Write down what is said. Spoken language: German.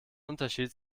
unterschied